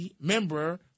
member